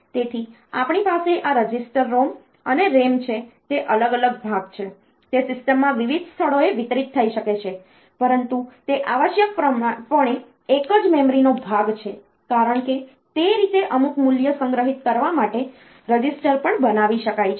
તેથી આપણી પાસે આ રજિસ્ટર ROM અને RAM છે તે અલગ અલગ ભાગ છે તે સિસ્ટમમાં વિવિધ સ્થળોએ વિતરિત થઈ શકે છે પરંતુ તે આવશ્યકપણે એક જ મેમરીનો ભાગ છે કારણ કે તે રીતે અમુક મૂલ્ય સંગ્રહિત કરવા માટે રજિસ્ટર પણ બનાવી શકાય છે